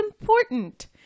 important